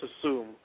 assume